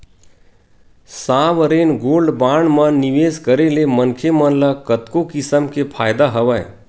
sovereign gold bond म निवेस करे ले मनखे मन ल कतको किसम के फायदा हवय